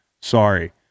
Sorry